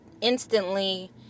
instantly